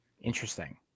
Interesting